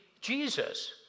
Jesus